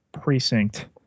precinct